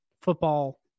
football